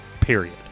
period